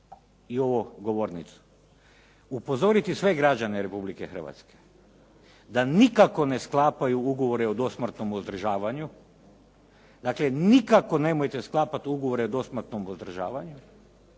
i ovu govornicu, upozoriti sve građane Republike Hrvatske da nikako ne sklapaju ugovore o dosmrtnom uzdržavanju, dakle nikako nemojte sklapat ugovore o dosmrtnom uzdržavanju,